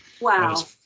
wow